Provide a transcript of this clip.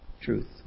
truth